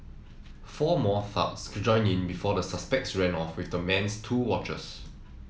four more thugs joined in before the suspects ran off with the man's two watches